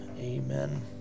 amen